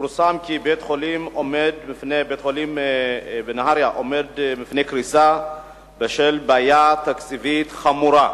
פורסם כי בית-החולים בנהרייה עומד בפני קריסה בשל בעיה תקציבית חמורה.